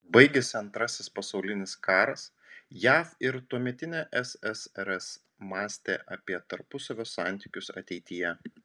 baigėsi antrasis pasaulinis karas jav ir tuometinė ssrs mąstė apie tarpusavio santykius ateityje